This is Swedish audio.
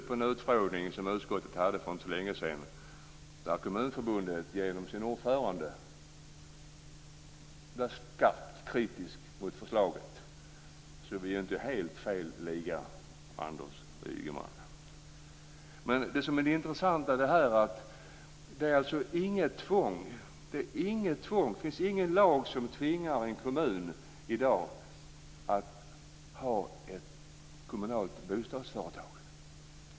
På en utfrågning som utskottet hade för inte så länge sedan var Kommunförbundet, genom sin ordförande, skarpt kritiskt till förslaget. Så vi är ju inte i helt fel liga, Anders Ygeman. Det intressanta är att det inte finns något tvång. Det finns ingen lag som i dag tvingar en kommun att ha ett kommunalt bostadsföretag.